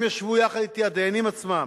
הם ישבו יחד אתי, הדיינים עצמם,